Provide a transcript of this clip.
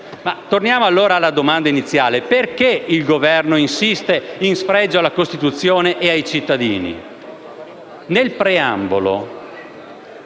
Torniamo allora alla domanda iniziale: perché il Governo insiste, in spregio alla Costituzione e ai cittadini?